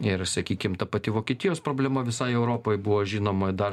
ir sakykim ta pati vokietijos problema visai europai buvo žinoma dar